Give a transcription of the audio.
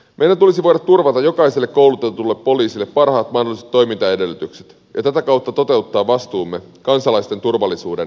meidän tulisi voida turvata jokaiselle koulutetulle poliisille parhaat mahdolliset toimintaedellytykset ja tätä kautta toteuttaa vastuumme kansalaisten turvallisuuden ylläpitäjinä